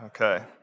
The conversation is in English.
okay